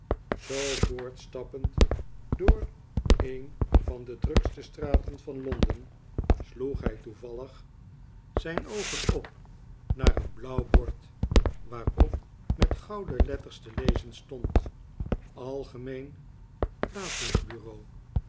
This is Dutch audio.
zoo voortstappend door een van de drukste straten van londen sloeg hij toevallig algemeen plaatsingbureau zijn oogen op naar een blauw bord waarop met gouden letters te lezen stond algemeen